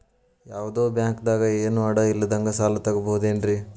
ಯಾವ್ದೋ ಬ್ಯಾಂಕ್ ದಾಗ ಏನು ಅಡ ಇಲ್ಲದಂಗ ಸಾಲ ತಗೋಬಹುದೇನ್ರಿ?